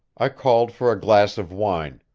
i called for a glass of wine,